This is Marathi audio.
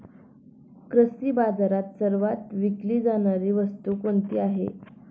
कृषी बाजारात सर्वात विकली जाणारी वस्तू कोणती आहे?